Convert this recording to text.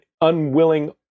unwilling